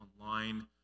online